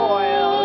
oil